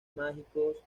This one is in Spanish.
mágicos